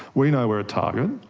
we know we're a target.